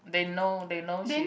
they know they know she